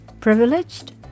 privileged